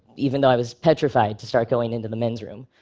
even though i was petrified to start going into the men's room.